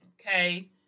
Okay